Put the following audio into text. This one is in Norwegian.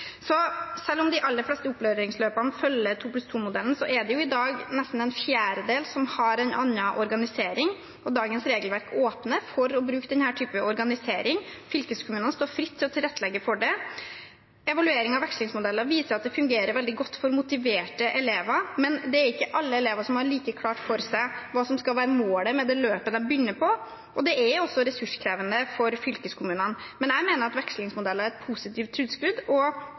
Selv om de aller fleste opplæringsløpene følger 2+2-modellen, er det i dag nesten en fjerdedel som har en annen organisering. Dagens regelverk åpner for å bruke denne typen organisering, og fylkeskommunene står fritt til å tilrettelegge for det. Evaluering av vekslingsmodellen viser at det fungerer veldig godt for motiverte elever, men det er ikke alle elever som har like klart for seg hva som skal være målet med det løpet de begynner på, og det er også ressurskrevende for fylkeskommunene. Jeg mener at vekslingsmodellen er et positivt tilskudd, og